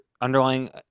underlying